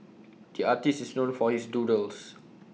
the artist is known for his doodles